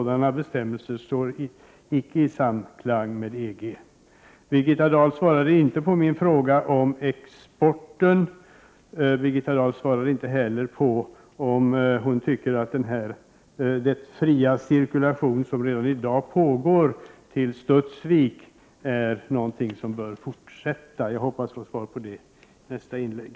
Detta tillåts inte av EG. Birgitta Dahl svarade inte på min fråga om exporten. Inte heller svarade hon på frågan om hon tycker att den fria cirkulation som redan i dag pågår till Studsvik är någonting som bör fortsätta. Jag hoppas få svar på de frågorna i hennes nästa inlägg.